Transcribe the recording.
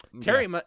Terry